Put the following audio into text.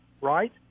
right